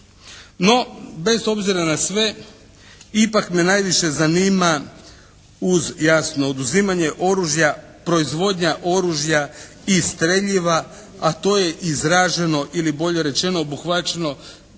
No, bez obzira na sve ipak me najviše zanima, uz jasno oduzimanje oružja proizvodnja oružja i streljiva, a to je izraženo ili bolje rečeno obuhvaćeno